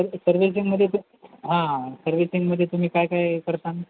सर् सर्विसिंगमध्ये तु हा सर्व्हिसिंगमध्ये तुम्ही काय काय करता